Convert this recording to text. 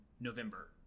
November